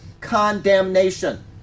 condemnation